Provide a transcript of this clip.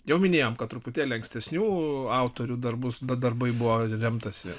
jau minėjom kad truputėlį ankstesnių autorių darbus bet darbai buvo remtasi